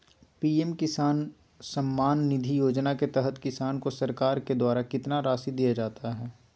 PM Kisan Samman Nidhi Yojana के तहत किसान को सरकार के द्वारा कितना रासि दिया जाता है?